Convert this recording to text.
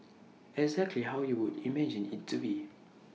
exactly how you would imagine IT to be